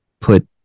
put